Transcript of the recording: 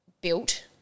built